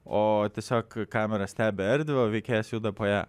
o tiesiog kamera stebi erdvę o veikėjas juda po ją